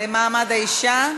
למעמד האישה.